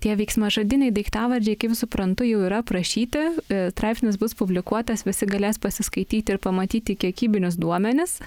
tie veiksmažodiniai daiktavardžiai kaip suprantu jau yra aprašyti straipsnis bus publikuotas visi galės pasiskaityti ir pamatyti kiekybinius duomenis